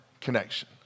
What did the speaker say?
connection